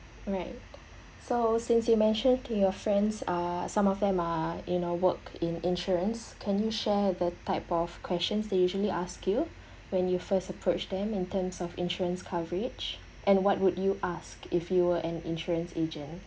right so since you mention to your friends uh some of them are you know work in insurance can you share the type of questions they usually ask you when you first approach them in terms of insurance coverage and what would you ask if you were an insurance agent